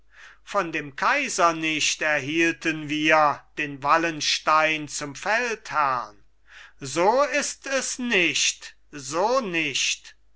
von dem kaiser nicht erhielten wir den wallenstein zum feldherrn so ist es nicht so nicht